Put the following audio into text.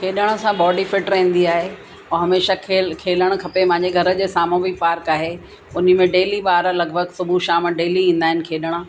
खेॾण सां body fit रहंदी आहे ऐं हमेशा खेल खेलणु खपे मुंहिंजे घर जे साम्हूं बि पार्क आहे उन्ही में डेली ॿार लॻिभॻि सुबुह शाम डेली ईंदा आहिनि खेॾण